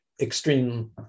extreme